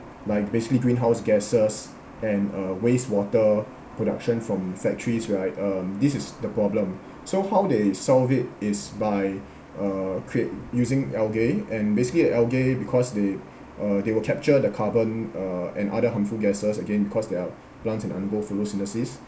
like basically greenhouse gases and uh wastewater production from factories where like um this is the problem so how they solve it is by uh create using algae and basically like algae because they uh they will capture the carbon uh and other harmful gases again cause they're plants and undergo photosynthesis